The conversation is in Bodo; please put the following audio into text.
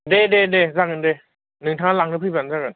दे दे दे जागोन दे नोंथाङा लांनो फैबानो जागोन